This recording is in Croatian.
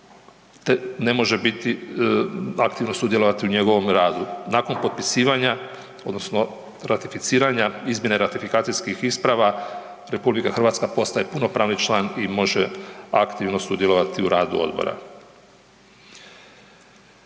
ne može biti, aktivno sudjelovati u njegovom radu. Nakon potpisivanja odnosno ratificiranja, izmjene ratifikacijskih isprava RH postaje punopravni član i može aktivno sudjelovati u radu odbora.